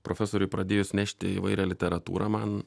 profesoriui pradėjus nešti įvairią literatūrą man